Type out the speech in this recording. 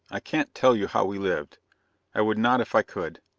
i can't tell you how we lived i would not if i could.